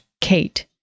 kate